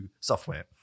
software